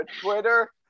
Twitter